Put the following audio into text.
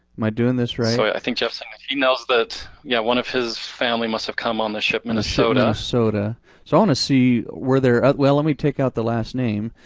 am i doing this right? so i think geoff's saying if he knows that yeah one of his family must have come on the ship minnesota. minnesota. so i'm gonna see where their, well let me take out the last name,